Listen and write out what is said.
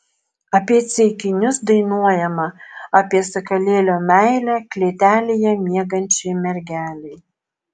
apie ceikinius dainuojama apie sakalėlio meilę klėtelėje miegančiai mergelei